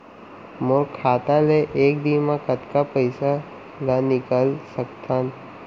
मोर खाता ले एक दिन म कतका पइसा ल निकल सकथन?